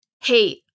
Hey